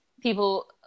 people